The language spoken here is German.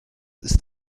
ist